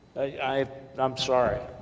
i'm um sorry.